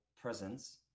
presence